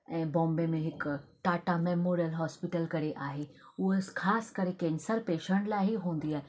ऐं बॉम्बे में हिकु टाटा मैमोरियल हॉस्पिटल करे आहे हुअ ख़ासि करे कैंसर पेशंट लाइ ई हूंदी आहे